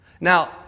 Now